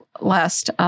last